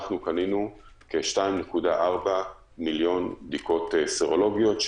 קנינו כ-2.4 מיליון בדיקות סרולוגיות,